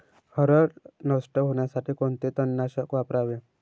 हरळ नष्ट होण्यासाठी कोणते तणनाशक वापरावे?